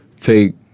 take